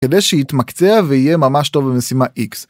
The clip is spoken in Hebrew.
כדי שיתמקצע ויהיה ממש טוב במשימה x